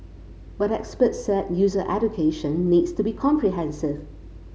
but experts said user education needs to be comprehensive